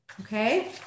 Okay